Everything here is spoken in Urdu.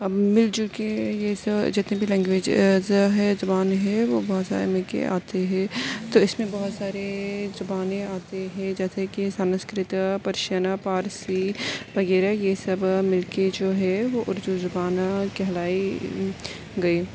اب مل جل کے اس جتنی بھی لینگویجز ہے زبان ہے وہ بہت سارے مل کے آتے ہیں تو اس میں بہت سارے زبانیں آتی ہے جیسے کہ سنسکرت پرشین پارسی وغیرہ یہ سب مل کے جو ہے وہ اردو زبان کہلائی گئی